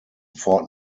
fort